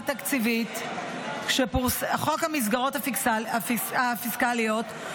התקציבית --- (חוק המסגרות הפיסקליות),